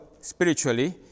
spiritually